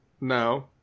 No